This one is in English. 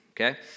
Okay